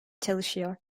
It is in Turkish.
çalışıyor